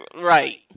right